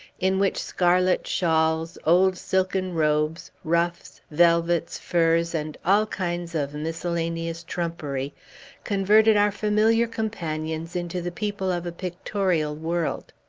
in which scarlet shawls, old silken robes, ruffs, velvets, furs, and all kinds of miscellaneous trumpery converted our familiar companions into the people of a pictorial world.